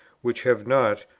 which have not,